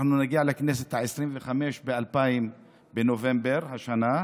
אנחנו נגיע לכנסת העשרים וחמש בנובמבר השנה,